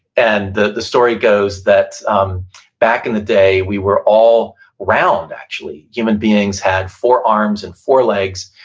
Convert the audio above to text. and the the story goes that um back in the day we were all round, actually, human beings had four arms and four legs,